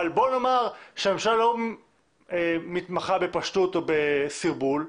בוא נאמר שהממשלה לא מתמחה בפשטות או בסרבול.